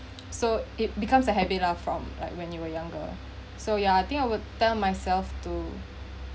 so it becomes a habit lah from like when you were younger so ya I think I would tell myself to